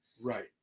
Right